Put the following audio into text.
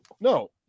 No